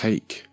Take